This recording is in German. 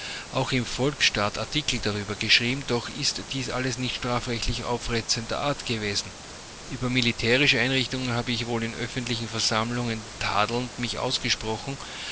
auch im volksstaat artikel darüber geschrieben doch ist dies alles nicht strafrechtlich aufreizender art gewesen über militärische einrichtungen habe ich wohl in öffentlichen versammlungen sammlungen tadelnd mich ausgesprochen